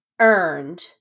earned